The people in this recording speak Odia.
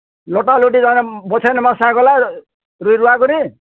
ଲଟା ଲୁଟି ବଛାଇ ଦେମା ରୁଇ ରୁଆ କରି